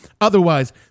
Otherwise